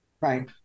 right